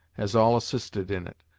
as all assisted in it,